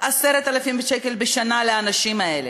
10,000 שקל בשנה לאנשים האלה.